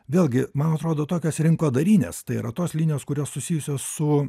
vėlgi man atrodo tokios rinkodarinės tai yra tos linijos kurios susijusios su